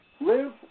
Live